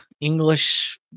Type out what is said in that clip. English